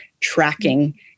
tracking